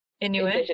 Inuit